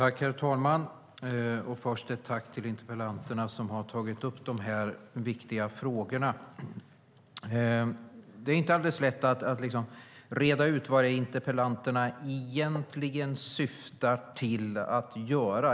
Herr talman! Jag vill först rikta ett tack till interpellanterna som har tagit upp de här viktiga frågorna. Det är inte alldeles lätt att reda ut vad interpellanterna egentligen syftar till att göra.